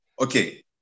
okay